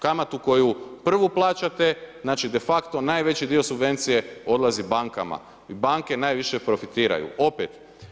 Kamatu koju prvu plaćate, znači de facto najveći dio subvencije odlazi bankama i banke najviše profitiraju opet.